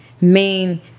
main